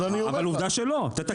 אבל עובדה שלא, תתקן.